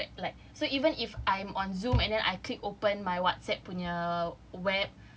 it will show like so even if I'm on Zoom and then I click open my WhatsApp punya web